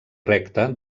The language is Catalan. recte